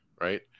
right